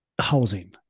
housing